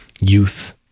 youth